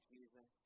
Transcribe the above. Jesus